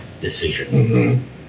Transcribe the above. decision